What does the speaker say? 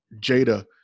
Jada